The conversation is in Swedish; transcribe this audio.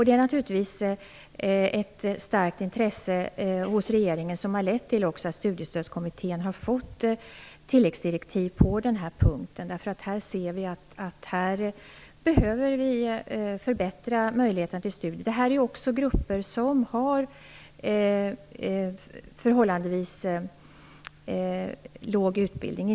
Det är naturligtvis ett starkt intresse hos regeringen som har lett till att Studiestödskommittén har fått tilläggsdirektiv på den här punkten. Här ser vi att vi behöver förbättra möjligheterna till studier. Det här är grupper som har förhållandevis låg utbildning.